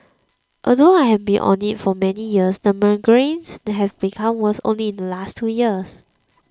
although I have been on it for many years the migraines have become worse only in the last two years